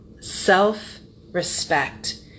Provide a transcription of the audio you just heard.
Self-respect